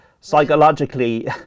Psychologically